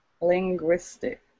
Linguistic